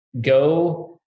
Go